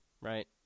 right